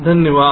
धन्यवाद